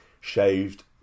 shaved